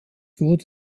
wurde